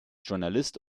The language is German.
journalist